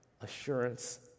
assurance